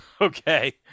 Okay